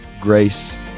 grace